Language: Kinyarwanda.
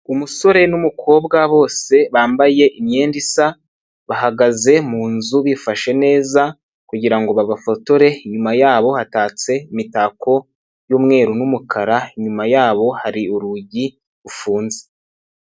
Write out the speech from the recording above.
Umusore n'umukobwa bose bambaye imyenda isa, bahagaze mu nzu bifashe neza kugira ngo babafotore, inyuma yabo hatatse imitako y'umweru n'umukara, inyuma yabo hari urugi rufunze.